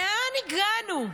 לאן הגענו?